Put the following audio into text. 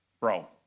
bro